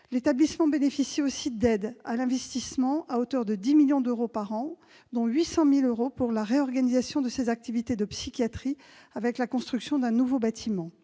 L'établissement bénéficie aussi d'aides à l'investissement, à hauteur de 10 millions d'euros par an, dont 800 000 euros pour la réorganisation de ses activités de psychiatrie, avec la construction d'un nouveau bâtiment.